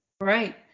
Right